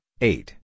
eight